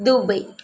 Dubai